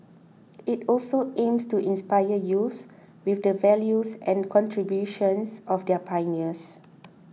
it also aims to inspire youths with the values and contributions of their pioneers